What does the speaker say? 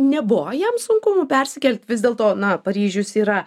nebuvo jam sunkumų persikelt vis dėlto na paryžius yra